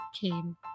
came